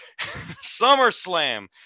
SummerSlam